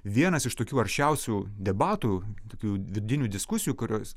vienas iš tokių aršiausių debatų tokių vidinių diskusijų kurios